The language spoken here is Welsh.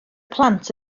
plant